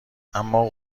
اما